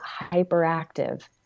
hyperactive